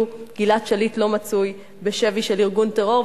גלעד שליט לא מצוי בשבי של ארגון טרור,